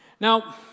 Now